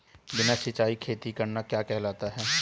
बिना सिंचाई खेती करना क्या कहलाता है?